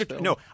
no